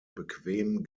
bequem